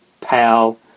pal